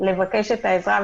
לבקש את העזרה.